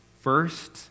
first